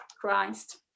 Christ